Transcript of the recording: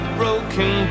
broken